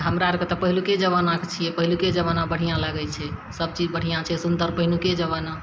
हमरा आरके तऽ पहिलुके जमानाके छियै पहिलुके जमाना बढ़िआँ लागय छै सभचीज बढ़िआँ छै सुन्दर पहिलुके जमाना